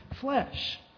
flesh